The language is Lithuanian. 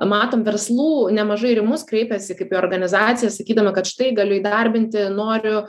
matom verslų nemažai ir į mus kreipiasi kaip į organizaciją sakydami kad štai galiu įdarbinti noriu